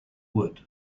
wood